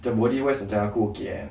macam body wise macam aku okay eh